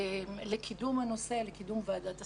לקידום הנושא בוועדת השרים.